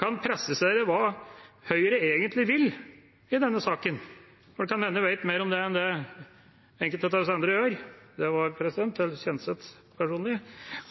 kan presisere hva Høyre egentlig vil i denne saken. Det kan hende de vet mer om det enn enkelte av oss andre gjør – det var, president, til Kjenseth personlig.